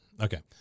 okay